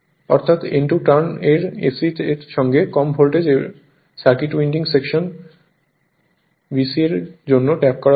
অর্থাৎ N2 turn এর AC এর সঙ্গে কম ভোল্টেজ এর সেকেন্ডারি উইন্ডিং সেকশন BC এর জন্য ট্যাপ করা হয়েছে